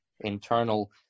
internal